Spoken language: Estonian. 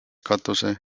katuse